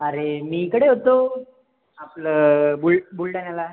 अरे मी इकडे होतो आपलं बुल बुलढाण्याला